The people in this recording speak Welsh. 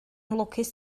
lwcus